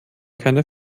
keine